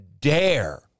dare